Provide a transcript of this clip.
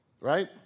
right